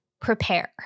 prepare